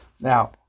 Now